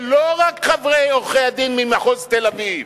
ולא רק חברי עורכי-הדין ממחוז תל-אביב,